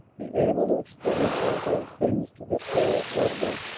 be able to explain all those things to this pair of lovable,